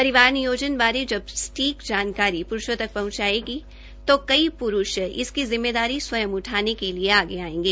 परिवार नियोजन बारे जब सटीक जानकारी पुरूषों तक पहुंचेगी तो कई पुरूष इसकी जिम्मेदारी स्वयं उठानेके लिए आगे आएंगे